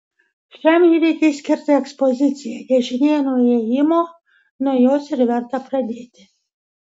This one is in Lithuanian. šiam įvykiui skirta ekspozicija dešinėje nuo įėjimo nuo jos ir verta pradėti